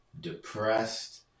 depressed